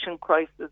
crisis